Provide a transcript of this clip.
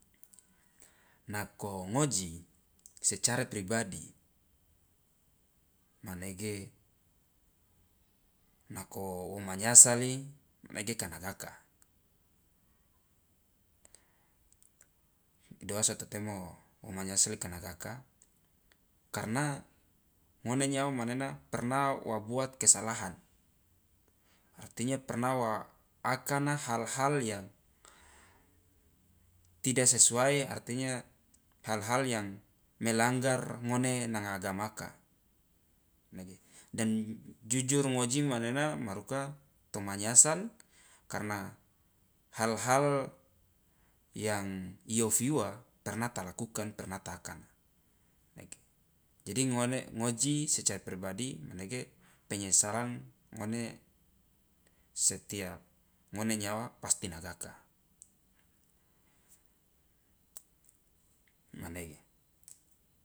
Nako ngoji secara pribadi manege nako wo manyasali manege ka nagaka, doa so to temo o manyasali ka nagaka? Karena ngone nyawa manena pernah wa buat kesalahan, artinya pernah wa akana hal- hal yang tidak sesuai artinya hal- hal yang melanggar ngone nanga agamaka nege dan jujur ngoji manena maruka to manyasal karena hal- hal yang i ofi ua pernah ta lakukan, pernah ta akana nege, jadi ngone ngoji secara pribadi manege penyesalan ngone setiap ngone nyawa pasti nagaka, manege.